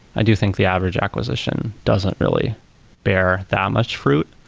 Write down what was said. i do think the average acquisition doesn't really bear that much fruit.